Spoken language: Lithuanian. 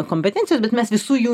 kompetencijos bet mes visų jų